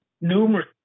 numerous